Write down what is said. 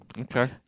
okay